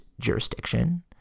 jurisdiction